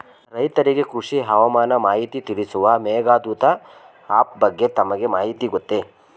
ರೈತರಿಗೆ ಕೃಷಿ ಹವಾಮಾನ ಮಾಹಿತಿ ತಿಳಿಸುವ ಮೇಘದೂತ ಆಪ್ ಬಗ್ಗೆ ತಮಗೆ ಮಾಹಿತಿ ಗೊತ್ತೇ?